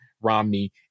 Romney